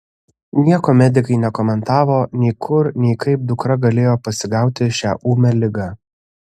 nieko medikai nekomentavo nei kur nei kaip dukra galėjo pasigauti šią ūmią ligą